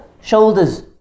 shoulders